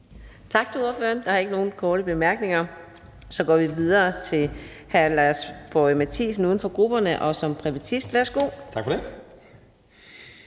Tak til ordføreren. Der er ikke nogen korte bemærkninger. Så går vi videre til hr. Lars Boje Mathiesen, uden for grupperne, som privatist. Værsgo. Kl.